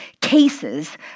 cases